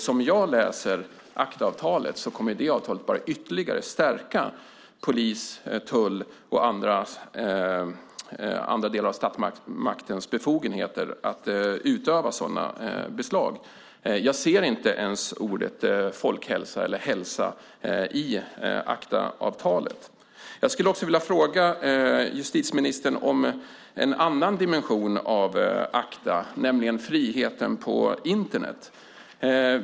Som jag förstår det kommer ACTA-avtalet att ytterligare stärka befogenheterna för polis, tull och andra delar av statsmakten att göra sådana beslag. Jag ser inte ens orden "folkhälsa" eller "hälsa" i ACTA-avtalet. Jag skulle också vilja fråga justitieministern om en annan dimension av ACTA nämligen friheten på Internet.